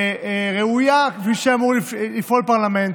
ראויה כפי שאמור לפעול פרלמנט.